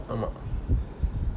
ஆமா:ama